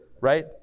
right